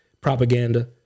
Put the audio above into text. propaganda